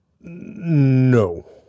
No